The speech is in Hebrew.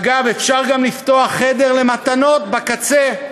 אגב, אפשר גם לפתוח חדר למתנות בקצה.